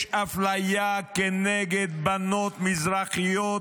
יש אפליה נגד בנות מזרחיות,